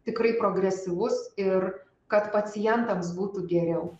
tikrai progresyvus ir kad pacientams būtų geriau